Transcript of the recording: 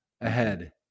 ahead